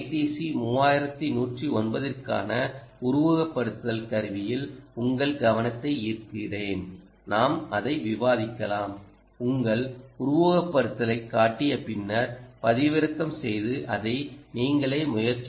C 3109 க்கான உருவகப்படுத்துதல் கருவிக்கு உங்கள் கவனத்தை ஈர்க்கிறேன் நாம் அதை விவாதிக்கலாம் உங்களுக்கு உருவகப்படுத்துதலைக் காட்டிய பின்னர் பதிவிறக்கம் செய்து அதை நீங்களே முயற்சிக்கவும்